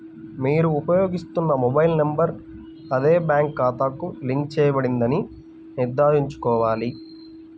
మీరు ఉపయోగిస్తున్న mobile number అదే బ్యాంక్ ఖాతాకు లింక్ చేయబడిందని నిర్ధారించుకోవాలి